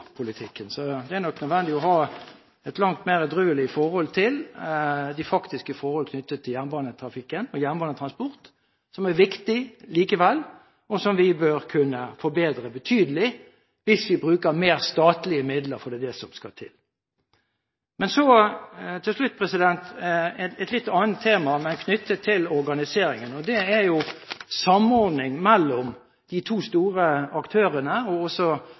Det er nok nødvendig å ha langt mer edruelighet til de faktiske forhold knyttet til jernbanetrafikken og jernbanetransport, som er viktig likevel, og som vi bør kunne forbedre betydelig hvis vi bruker mer statlige midler. Det er det som skal til. Men så til slutt et litt annet tema, knyttet til organiseringen. Det er samordning mellom de to store aktørene og